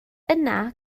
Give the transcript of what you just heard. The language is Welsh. yna